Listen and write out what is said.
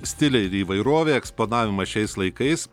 stiliai ir įvairovė eksponavimas šiais laikais